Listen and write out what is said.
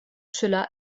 cela